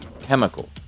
chemical